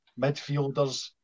midfielders